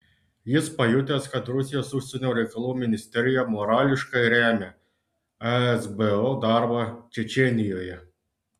jis pajutęs kad rusijos užsienio reikalų ministerija morališkai remia esbo darbą čečėnijoje